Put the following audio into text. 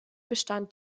bestand